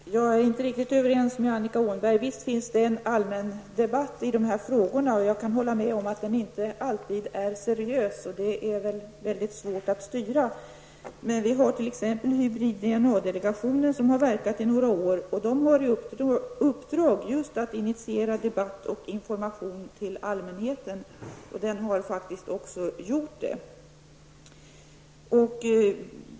Herr talman! Jag är inte riktigt överens med Annika Åhnberg. Visst förs det en allmän debatt i dessa frågor. Jag kan hålla med om att den inte alltid är seriös. Det är väldigt svårt att styra det hela. Men vi har t.ex. hybrid-DNA-delegationen, som har verkat i några år. Den har i uppdrag att initiera debatt och sprida information till allmänheten. Den har faktiskt också gjort det.